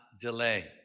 delay